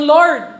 Lord